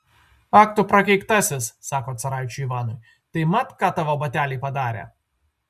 ak tu prakeiktasis sako caraičiui ivanui tai mat ką tavo bateliai padarė